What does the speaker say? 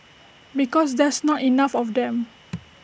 because there's not enough of them